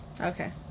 Okay